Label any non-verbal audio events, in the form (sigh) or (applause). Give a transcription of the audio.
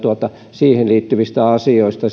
siihen liittyvistä asioista (unintelligible)